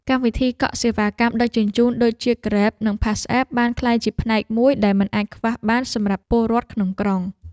កម្មវិធីកក់សេវាកម្មដឹកជញ្ជូនដូចជាហ្គ្រេបនិងផាសអាប់បានក្លាយជាផ្នែកមួយដែលមិនអាចខ្វះបានសម្រាប់ពលរដ្ឋក្នុងក្រុង។